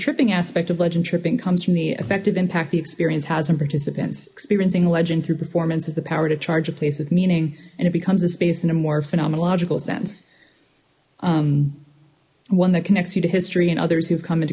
tripping aspect of legend tripping comes from the effective impact the experience has some participants experiencing a legend through performances the power to charge a place with meaning and it becomes a space in a more phenomenological sense one that connects you to history and others who have come into